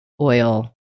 oil